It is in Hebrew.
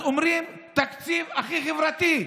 אז אומרים: התקציב הכי חברתי.